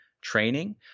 training